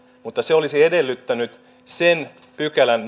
mutta se olisi edellyttänyt sen viidennenkymmenennenviidennen pykälän